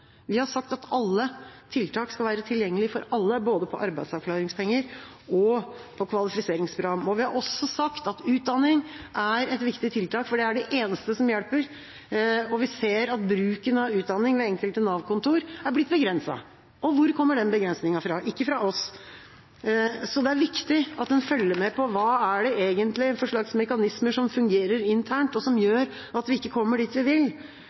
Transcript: Vi har sagt at alle tiltak skal være tilgjengelige for alle, både når det gjelder arbeidsavklaringspenger og kvalifiseringsprogram. Vi har også sagt at utdanning er et viktig tiltak, for det er det eneste som hjelper, og vi ser at bruken av utdanning ved enkelte Nav-kontor er blitt begrenset. Og hvor kommer den begrensningen fra? Den kommer ikke fra oss. Så det er viktig at en følger med på hva slags mekanismer det egentlig er som fungerer internt, og som gjør at vi ikke kommer dit vi vil.